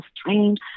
strange